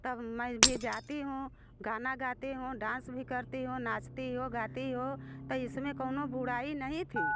तब मैं भी जाती हूँ गाना गाती हूँ डांस भी करती हूँ नाचती हूँ गाती हो तो इसमे कउनों बुराई नहीं थी